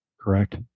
correct